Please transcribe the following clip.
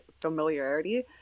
familiarity